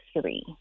three